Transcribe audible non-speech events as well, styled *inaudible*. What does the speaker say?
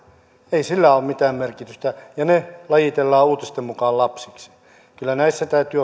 ei sillä ole mitään merkitystä ja ne lajitellaan uutisten mukaan lapsiksi kyllä näissä täytyy *unintelligible*